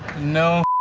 no